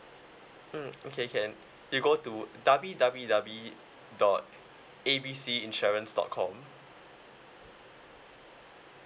mm okay can you go to W_W_W dot A B C insurance dot com